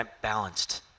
balanced